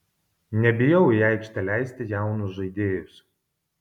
nebijau į aikštę leisti jaunus žaidėjus